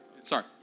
sorry